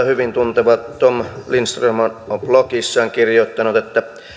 hyvin tunteva tom lindström on blogissaan kirjoittanut että